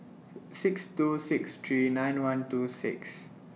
six two six three nine one two six